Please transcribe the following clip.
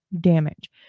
damage